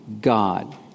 God